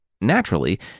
naturally